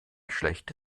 schlechte